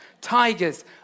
Tigers